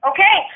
Okay